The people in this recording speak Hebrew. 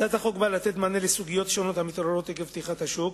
הצעת החוק באה לתת מענה לסוגיות שונות המתעוררות עקב פתיחת השוק.